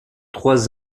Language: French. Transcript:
trois